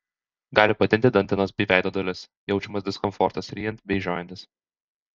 gali patinti dantenos bei veido dalis jaučiamas diskomfortas ryjant bei žiojantis